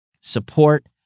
support